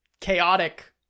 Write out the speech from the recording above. chaotic